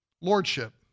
lordship